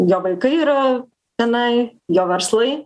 jo vaikai yra tenai jo verslai